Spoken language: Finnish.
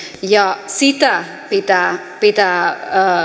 ja sitä pitää pitää